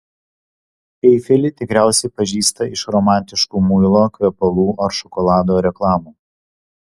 eifelį tikriausiai pažįsta iš romantiškų muilo kvepalų ar šokolado reklamų